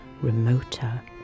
remoter